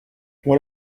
what